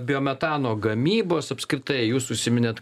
biometano gamybos apskritai jūs užsiminėt